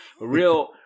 Real